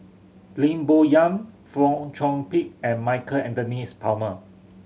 Lim Bo Yam Fong Chong Pik and Michael Anthony Palmer